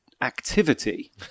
activity